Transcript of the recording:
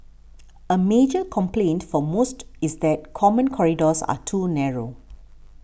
a major complaint for most is that common corridors are too narrow